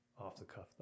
off-the-cuff